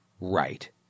right